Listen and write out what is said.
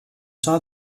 saw